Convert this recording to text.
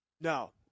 No